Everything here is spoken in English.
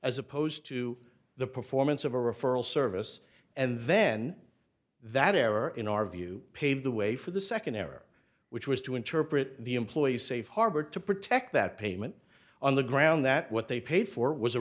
as opposed to the performance of a referral service and then that error in our view paved the way for the second error which was to interpret the employees safe harbor to protect that payment on the ground that what they paid for was a